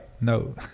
no